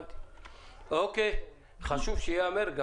חשוב שייאמר.